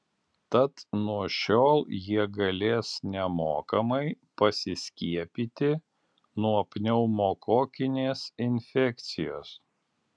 tad nuo šiol jie galės nemokamai pasiskiepyti nuo pneumokokinės infekcijos